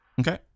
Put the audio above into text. Okay